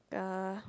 uh